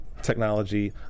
technology